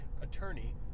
attorney